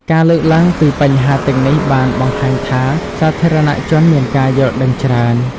ការលើកឡើងពីបញ្ហាទាំងនេះបានបង្ហាញថាសាធារណៈជនមានការយល់ដឹងច្រើន។